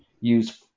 use